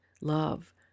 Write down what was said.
love